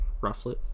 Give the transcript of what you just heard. Rufflet